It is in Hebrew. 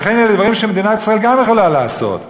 ואלה דברים שגם מדינת ישראל יכולה לעשות.